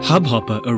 Hubhopper